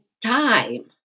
time